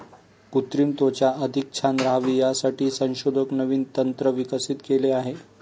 कृत्रिम त्वचा अधिक छान राहावी यासाठी संशोधक नवीन तंत्र विकसित केले आहे